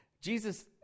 Jesus